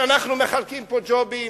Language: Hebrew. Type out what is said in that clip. שאנחנו מחלקים פה ג'ובים?